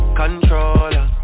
controller